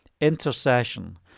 intercession